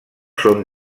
són